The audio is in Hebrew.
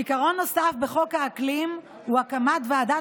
עיקרון נוסף בחוק האקלים הוא הקמת ועדת